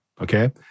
Okay